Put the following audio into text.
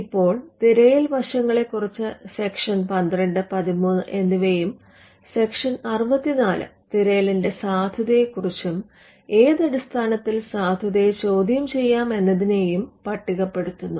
ഇപ്പോൾ തിരയൽ വശങ്ങളെ കുറിച്ച് സെക്ഷൻ 12 13 Section 1213 എന്നിവയും സെക്ഷൻ 64 തിരയലിന്റെ സാധുതയെ കുറിച്ചും ഏതടിസ്ഥാനത്തിൽ സാധുതയെ ചോദ്യം ചെയാം എന്നതിനെയും പട്ടികപ്പെടുത്തുന്നു